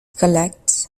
collects